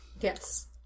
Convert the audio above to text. Yes